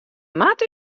moatte